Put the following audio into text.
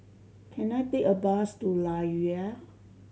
can I take a bus to Layar